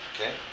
Okay